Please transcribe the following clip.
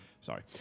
Sorry